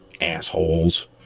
assholes